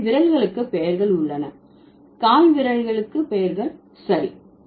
எனவே விரல்களுக்கு பெயர்கள் உள்ளன கால்விரல்களுக்கு பெயர்கள் சரி